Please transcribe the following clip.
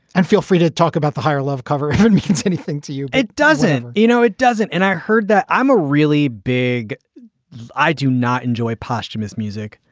and feel free to talk about the higher level cover and means anything to you it doesn't. you know, it doesn't. and i heard that i'm a really big i do not enjoy posthumous music.